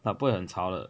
那不会很吵的